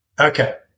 Okay